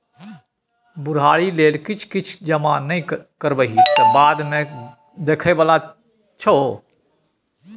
बुढ़ारी लेल किछ किछ जमा नहि करबिही तँ बादमे के देखय बला छौ?